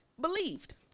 believed